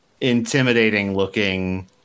intimidating-looking